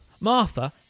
Martha